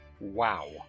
Wow